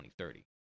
2030